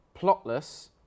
plotless